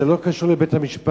זה לא קשור לבית-המשפט,